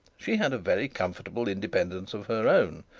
she had a very comfortable independence of her own,